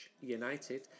united